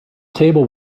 table